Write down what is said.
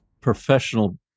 professional